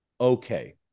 okay